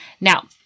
Now